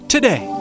Today